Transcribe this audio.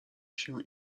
się